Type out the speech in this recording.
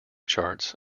charts